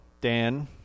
Dan